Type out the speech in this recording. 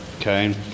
Okay